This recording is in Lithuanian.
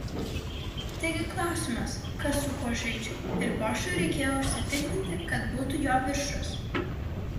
taigi klausimas kas su kuo žaidžia ir bošui reikėjo užsitikrinti kad būtų jo viršus